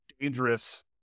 dangerous